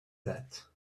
that